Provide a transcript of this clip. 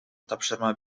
тапшырма